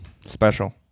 special